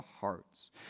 hearts